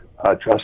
trust